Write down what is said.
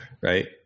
Right